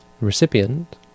recipient